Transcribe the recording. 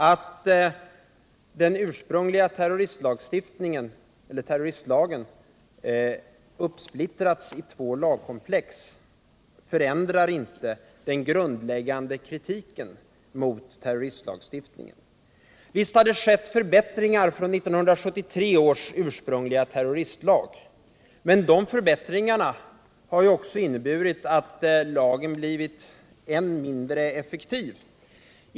Att den ursprungliga terroristlagen har splittrats upp i två lagkomplex förändrar inte den grundläggande kritiken mot terroristlagstiftningen. Visst har det skett förbättringar från 1973 års ursprungliga terroristlag, men de förbättringarna har också inneburit att lagen har blivit än mindre effektiv.